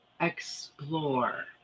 explore